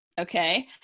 okay